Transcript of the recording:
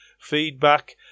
feedback